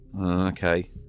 Okay